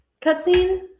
cutscene